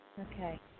Okay